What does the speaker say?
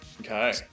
Okay